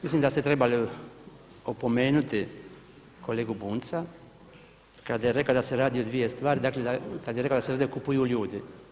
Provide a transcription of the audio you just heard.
Mislim da ste trebali opomenuti kolegu Bunjca kada je rekao da se radi o dvije stvari, dakle kad je rekao da se ovdje kupuju ljudi.